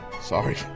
Sorry